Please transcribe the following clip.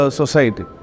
society